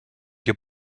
your